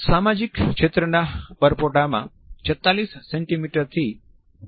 સામાજિક ક્ષેત્રના પરપોટા માં 46 સેન્ટિમીટરથી 1